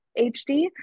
HD